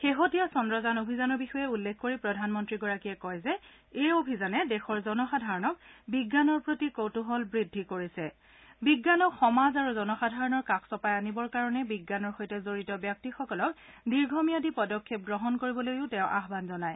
শেহতীয়া চন্দ্ৰযান অভিযানৰ বিষয়ে উল্লেখ কৰি প্ৰধানমন্ত্ৰী গৰাকীয়ে কয় যে এই অভিযানে দেশৰ জনসাধাৰণৰ বিজ্ঞানৰ প্ৰতি কৌতুহল বৃদ্ধি কৰিছে বিজ্ঞানক সমাজ আৰু জনসাধাৰণৰ কাষ চপাই আনিবৰ কাৰণে বিজ্ঞানৰ সৈতে জড়িত ব্যক্তি সকলক দীৰ্ঘ ম্যাদি পদক্ষেপ গ্ৰহণ কৰিবলৈও তেওঁ আহান জনায়